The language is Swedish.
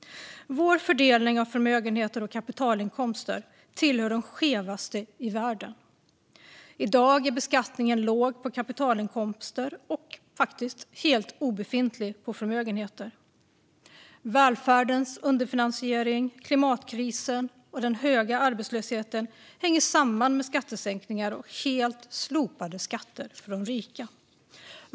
Vår fördelning av förmögenheter och kapitalinkomster tillhör de skevaste i världen. I dag är beskattningen låg på kapitalinkomster och faktiskt helt obefintlig på förmögenheter. Välfärdens underfinansiering, klimatkrisen och den höga arbetslösheten hänger samman med skattesänkningar och helt slopade skatter för de rika.